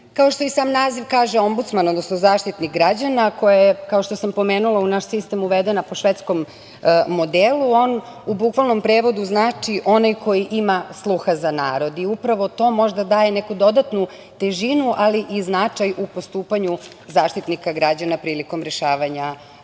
što i sam naziv kaže ombudsman, odnosno zaštitnik građana, koja je kao što sam pomenula, u naš sistem uvedena po švedskom modelu, on u bukvalnom prevodu znači - onaj koji ima sluha za narod. Upravo to možda daje neku dodatnu težinu, ali i značaj u postupanju Zaštitnika građana prilikom rešavanja